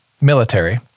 military